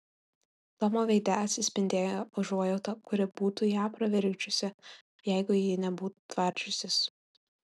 tomo veide atsispindėjo užuojauta kuri būtų ją pravirkdžiusi jeigu ji nebūtų tvardžiusis